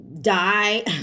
die